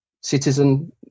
citizen